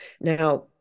Now